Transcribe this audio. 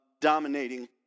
dominating